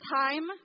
time